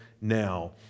now